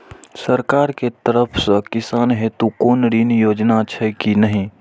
सरकार के तरफ से किसान हेतू कोना ऋण योजना छै कि नहिं?